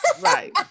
Right